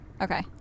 Okay